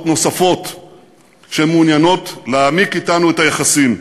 נוספות שמעוניינות להעמיק את היחסים אתנו.